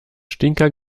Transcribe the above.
stinker